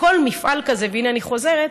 כל מפעל כזה, והינה, אני חוזרת,